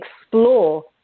explore